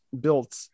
built